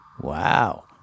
Wow